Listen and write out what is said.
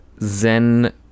Zen